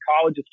college